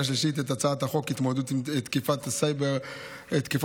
השלישית את הצעת חוק התמודדות עם תקיפות סייבר חמורות